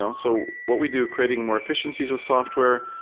and so what we do, creating more effi ciencies with software,